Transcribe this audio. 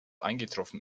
eingetroffen